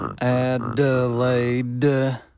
Adelaide